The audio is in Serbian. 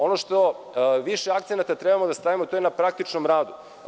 Ono na šta više akcenata treba da stavimo, to je na praktičnom radu.